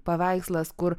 paveikslas kur